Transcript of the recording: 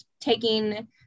taking